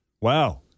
wow